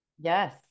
Yes